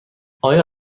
آیا